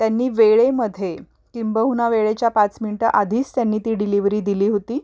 त्यांनी वेळेमध्ये किंबहुना वेळेच्या पाच मिनटं आधीच त्यांनी ती डिलिव्हरी दिली होती